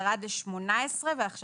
ירד ל-18,000 שקלים ועכשיו